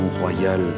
royal